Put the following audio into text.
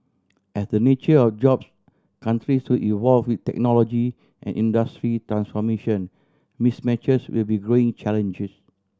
as the nature of jobs countries to evolve with technology and industry transformation mismatches will be growing challenges